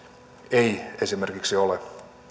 ei esimerkiksi ole